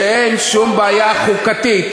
שאין שום בעיה חוקתית.